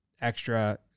extra